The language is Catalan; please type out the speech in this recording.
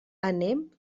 anem